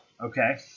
Okay